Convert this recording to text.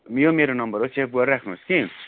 यो मेरो नम्बर हो सेभ गरिराख्नु होस् कि